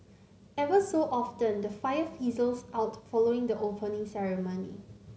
ever so often the fire fizzles out following the Opening Ceremony